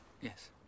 Yes